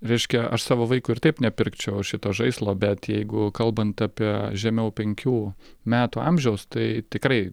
reiškia aš savo vaikui ir taip nepirkčiau šito žaislo bet jeigu kalbant apie žemiau penkių metų amžiaus tai tikrai